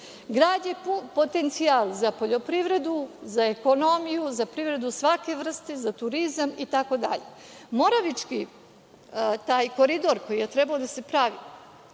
Grad je potencijal za poljoprivredu, za ekonomiju, za privredu svake vrste, za turizam, itd. Moravički koridor koji je trebao da se pravi,